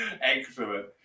Excellent